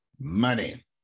money